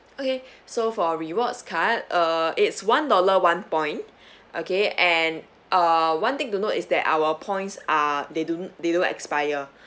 okay so for rewards card uh it's one dollar one point okay and err one thing to note is that our points are they don't they don't expire